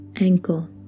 ankle